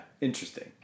Interesting